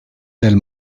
del